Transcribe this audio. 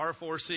R4C